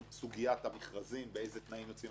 סוגיית המכרזים באילו תנאים יוצאים המכרזים,